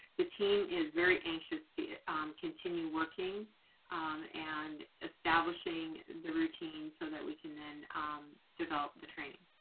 the team is very anxious to continue working and establishing the routine so that we can then develop the training.